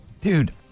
Dude